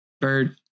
bird